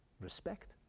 respect